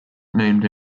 named